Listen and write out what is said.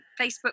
facebook